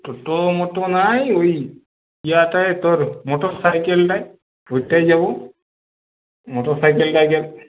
তোর মতন আয় ওই ইয়েটায় তোর মোটর সাইকেলটায় ওইটাই যাবো মোটর সাইকেলটায়